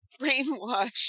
brainwashed